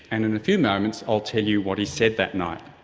and in a few moments i'll tell you what he said that night.